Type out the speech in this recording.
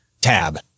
Tab